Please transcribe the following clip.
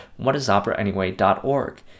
whatisoperaanyway.org